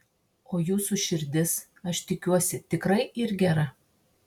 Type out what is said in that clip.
o jūsų širdis aš tikiuosi tikrai yr gera